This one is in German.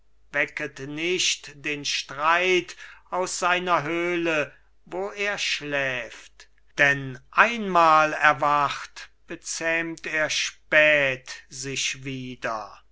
wecket nicht den streit aus seiner höhle wo er schläft denn einmal erwacht bezähmt er spät sich wieder